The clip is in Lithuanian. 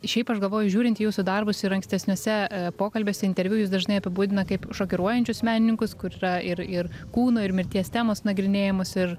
šiaip aš galvoju žiūrint į jūsų darbus ir ankstesniuose pokalbiuose interviu jus dažnai apibūdina kaip šokiruojančius menininkus kur yra ir ir kūno ir mirties temos nagrinėjamos ir